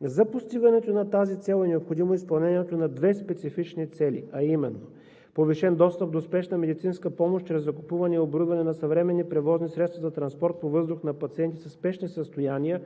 За постигането на тази цел е необходимо изпълнението на две специфични цели, а именно: – повишен достъп до спешна медицинска помощ чрез закупуване и оборудване на съвременни превозни средства за транспорт по въздух на пациенти със спешни състояния